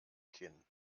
kinn